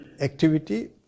Activity